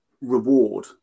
reward